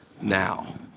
now